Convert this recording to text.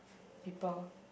people